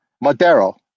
Madero